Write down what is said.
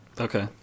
Okay